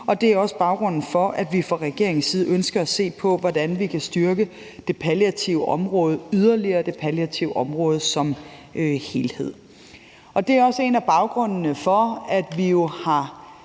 og det er også baggrunden for, at vi fra regeringens side ønsker at se på, hvordan vi kan styrke det palliative område yderligere – det palliative område som helhed. Det er bl.a. også baggrunden for, at vi